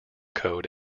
code